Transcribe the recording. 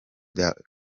that